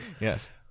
Yes